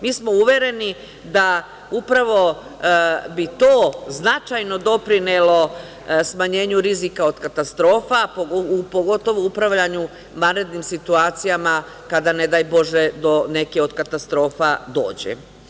Mi smo uvereni da upravo bi to značajno doprinelo smanjenju rizika od katastrofa, pogotovo upravljanju vanrednim situacijama, kada ne daj Bože do neke od katastrofa dođe.